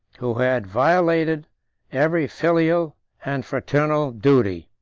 who had violated every filial and fraternal duty.